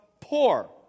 poor